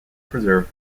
preserve